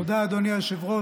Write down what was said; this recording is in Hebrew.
תודה, אדוני היושב-ראש.